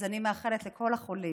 אז אני מאחלת לכל החולים